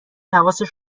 حواسش